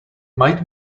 might